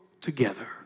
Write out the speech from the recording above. together